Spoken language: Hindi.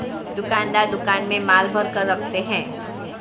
दुकानदार दुकान में माल भरकर रखते है